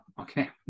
Okay